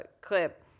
clip